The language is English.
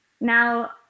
now